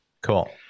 Cool